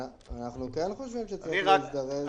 אנחנו כן חושבים שצריך להזדרז.